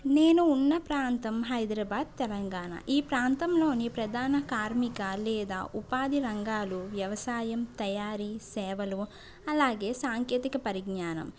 నేను ఉన్న ప్రాంతం హైదరాబాద్ తెలంగాణ ఈ ప్రాంతంలోని ప్రధాన కార్మిక లేదా ఉపాధి రంగాలు వ్యవసాయం తయారీ సేవలో అలాగే సాంకేతిక పరిజ్ఞానం